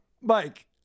Mike